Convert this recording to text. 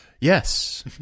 Yes